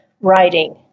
writing